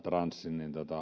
transport